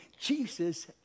Jesus